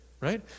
right